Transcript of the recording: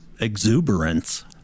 exuberance